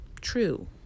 true